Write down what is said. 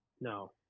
No